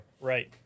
Right